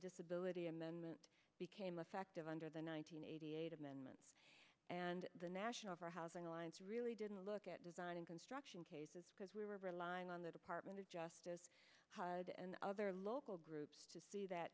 disability amendment became effective under the one nine hundred eighty eight amendment and the national for housing alliance really didn't look at designing construction cases because we were relying on the department of justice hud and other local groups to see that